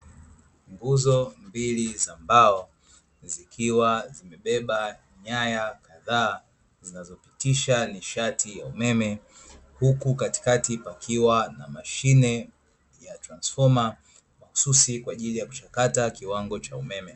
Nguzo mbili za mbao, zikiwa zimebeba nyaya kadhaa zinazopitisha nishati ya umeme, huku katikati pakiwa na mashine ya transfoma mahususi kwa ajili ya kuchakata kiwango cha umeme.